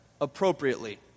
appropriately